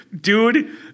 Dude